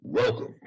Welcome